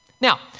Now